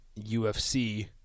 UFC